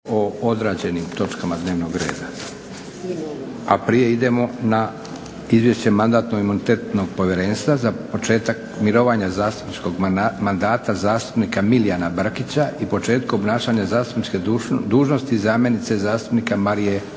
o odrađenim točkama dnevnog reda, a prije idemo na - Izvješće Mandatno-imunitetnog povjerenstva za početak mirovanja zastupničkog mandata zastupnika Milijana Brkića i početku obnašanja zastupničke dužnosti zamjenice zastupnika Marije Rapo